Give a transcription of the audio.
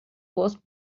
was